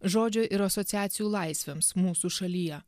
žodžio ir asociacijų laisvėms mūsų šalyje